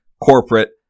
corporate